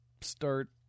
start